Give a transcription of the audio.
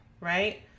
right